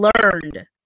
learned